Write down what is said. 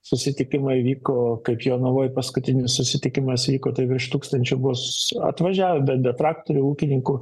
susitikimai vyko jonavoj paskutinis susitikimas vyko tai virš tūkstančio buvo s atvažiavę bet be traktorių ūkininkų